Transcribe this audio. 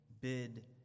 bid